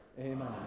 Amen